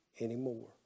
Anymore